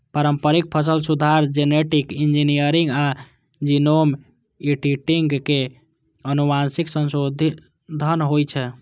पारंपरिक फसल सुधार, जेनेटिक इंजीनियरिंग आ जीनोम एडिटिंग सं आनुवंशिक संशोधन होइ छै